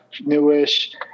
newish